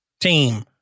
team